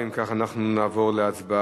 אם כך, אנחנו נעבור להצבעה.